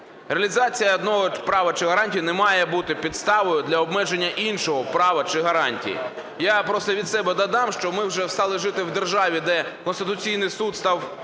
Реалізація одного права чи гарантії не має бути підставою для обмеження іншого права чи гарантії. Я просто від себе додам, що ми вже стали жити в державі, де Конституційний Суд став